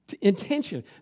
intention